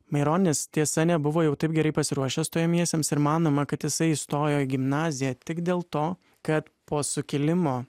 maironis tiesa nebuvo jau taip gerai pasiruošęs stojamiesiems ir manoma kad jisai įstojo į gimnaziją tik dėl to kad po sukilimo